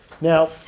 Now